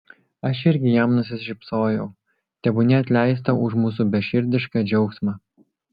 aš irgi jam nusišypsojau tebūnie atleista už mūsų beširdišką džiaugsmą